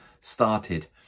started